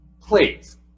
Please